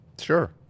Sure